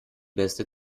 beste